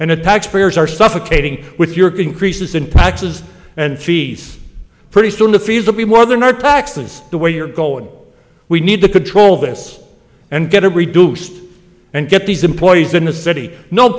the taxpayers are suffocating with your increases in taxes and fees pretty soon the fees will be more than our taxes the way you're going we need to control this and get it reduced and get these employees in the city no